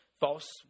false